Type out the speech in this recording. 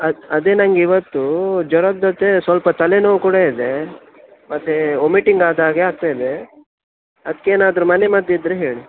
ಅದೇ ನಂಗೆ ಇವತ್ತು ಜ್ವರದ ಜೊತೆ ಸ್ವಲ್ಪ ತಲೆ ನೋವು ಕೂಡ ಇದೆ ಮತ್ತು ಒಮಿಟಿಂಗ್ ಆದಾಗೆ ಆಗ್ತಯಿದೆ ಅದಕ್ಕೆ ಏನಾದರೂ ಮನೆಮದ್ದು ಇದ್ದರೆ ಹೇಳಿ